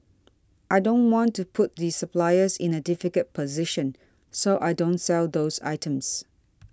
I don't want to put the suppliers in a difficult position so I don't sell those items